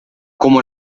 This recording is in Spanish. como